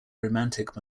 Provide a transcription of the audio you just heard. romantic